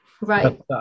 right